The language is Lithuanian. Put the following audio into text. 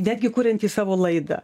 netgi kuriantį savo laidą